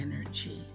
energy